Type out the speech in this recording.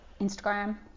Instagram